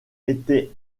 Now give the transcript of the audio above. était